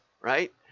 right